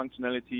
functionality